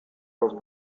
los